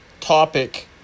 Topic